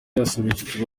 yasubije